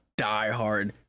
diehard